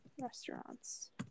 Restaurants